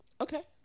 Okay